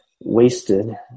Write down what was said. wasted